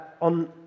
On